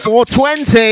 420